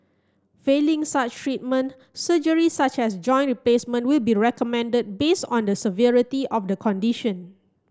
failing such treatment surgery such as joint replacement will be recommended based on the severity of the condition